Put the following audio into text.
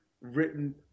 written